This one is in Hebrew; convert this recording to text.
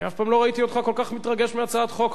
אני אף פעם לא ראיתי אותך כל כך מתרגש מהצעת חוק,